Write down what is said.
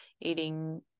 eating